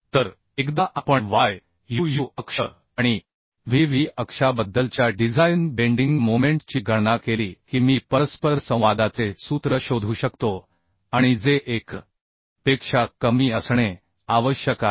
तर एकदा आपण y UU अक्ष आणि VV अक्षाबद्दलच्या डिझाइन बेंडिंग मोमेंट ची गणना केली की मी परस्परसंवादाचे सूत्र शोधू शकतो आणि जे 1 पेक्षा कमी असणे आवश्यक आहे